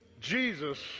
Jesus